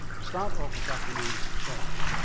the start of this afternoon's ceremony,